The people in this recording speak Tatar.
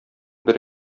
бер